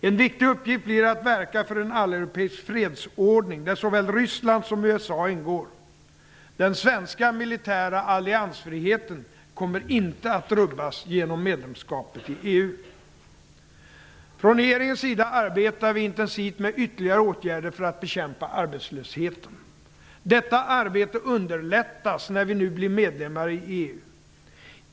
En viktig uppgift blir att verka för en alleuropeisk fredsordning där såväl Ryssland som USA ingår. Den svenska militära alliansfriheten kommer inte att rubbas genom medlemskapet i EU. Från regeringens sida arbetar vi intensivt med ytterligare åtgärder för att bekämpa arbetslösheten. Detta arbete underlättas när vi nu blir medlemmar i EU.